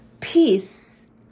Peace